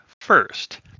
first